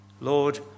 Lord